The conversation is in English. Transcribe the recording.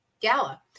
gala